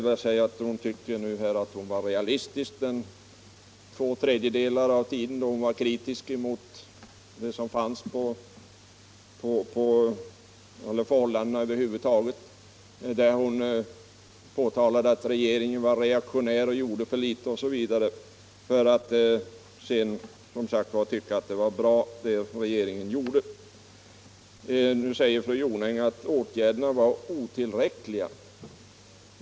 Hon ansåg att hon var realistisk i sitt första anförande då hon under två tredjedelar av tiden var kritisk mot förhållandena över huvud taget och påtalade att regeringen var reaktionär och gjorde för litet osv., för att sedan tycka att regeringens åtgärder var bra. Nu säger fru Jonäng att åtgärderna var otillräckliga.